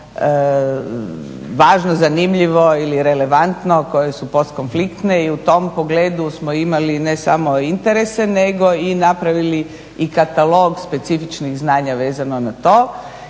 važno, zanimljivo ili relevantno, koje su post konfliktne i u tom pogledu smo imali ne samo interese nego i napravili i katalog specifičnih znanja vezano na to.